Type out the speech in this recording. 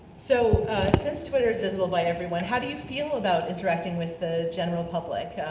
so since twitter is visible by everyone, how do you feel about interacting with the general public?